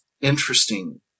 interesting